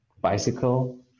bicycle